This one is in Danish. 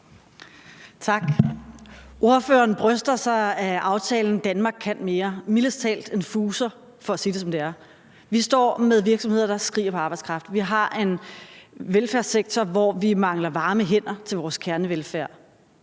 Tak. Ordføreren bryster sig af aftalen »Danmark kan mere«. Det er mildest talt en fuser, for at sige det, som det er. Vi står med virksomheder, der skriger på arbejdskraft. Vi har en velfærdssektor, hvor vi mangler varme hænder til vores kernevelfærd.